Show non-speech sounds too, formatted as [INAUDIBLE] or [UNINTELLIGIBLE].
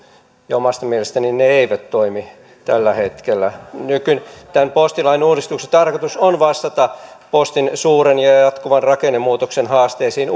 omasta mielestäni ne eivät toimi tällä hetkellä tämän postilain uudistuksen tarkoitus on vastata postin suuren ja ja jatkuvan rakennemuutoksen haasteisiin [UNINTELLIGIBLE]